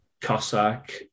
Cossack